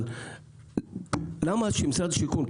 אבל למה שמשרד השיכון,